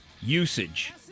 usage